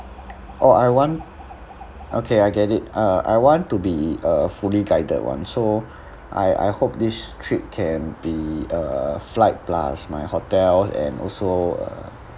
oh I want okay I get it uh I want to be a fully guided [one] so I I hope this trip can be uh flight plus my hotels and also uh